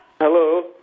Hello